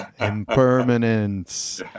impermanence